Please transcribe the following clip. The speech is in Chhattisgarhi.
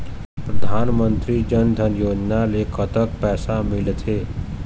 परधानमंतरी जन धन योजना ले कतक पैसा मिल थे?